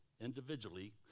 individually